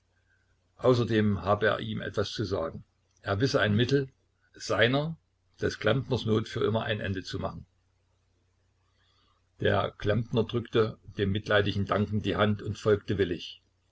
außerdem habe er ihm etwas zu sagen er wisse ein mittel seine des klempners not für immer ein ende zu machen der klempner drückte dem mitleidigen dankend die hand und folgte willig